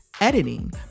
Editing